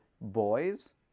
boys